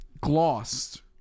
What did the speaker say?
glossed